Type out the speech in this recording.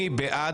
מי בעד